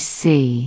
see